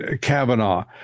Kavanaugh